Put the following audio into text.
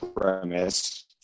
premise